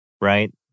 Right